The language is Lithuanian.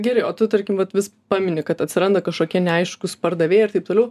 gerai o tu tarkim vat vis pamini kad atsiranda kažkokie neaiškūs pardavėjai ir taip toliau